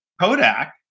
Kodak